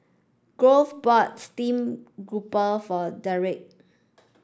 Grove bought steamed grouper for Dedric